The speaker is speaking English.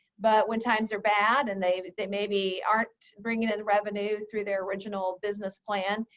but when times are bad and they but they maybe aren't bringing in revenue through their original business plan,